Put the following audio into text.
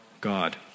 God